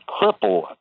cripple